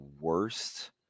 worst